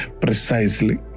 precisely